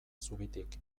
zubitik